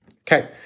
Okay